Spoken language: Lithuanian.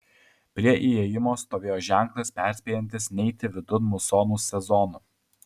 prie įėjimo stovėjo ženklas perspėjantis neiti vidun musonų sezonu